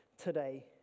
today